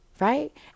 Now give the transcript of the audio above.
right